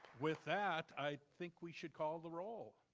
with that, i think we should call the roll.